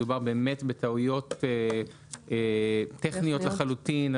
מדובר באמת בטעויות טכניות לחלוטין,